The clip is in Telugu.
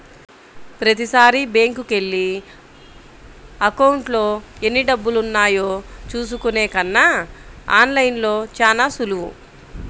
ప్రతీసారీ బ్యేంకుకెళ్ళి అకౌంట్లో ఎన్నిడబ్బులున్నాయో చూసుకునే కన్నా ఆన్ లైన్లో చానా సులువు